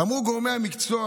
אמרו גורמי המקצוע